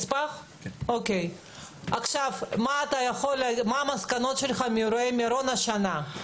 מה המסקנות שלך מאירועי מירון השנה?